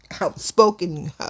outspoken